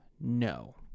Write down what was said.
no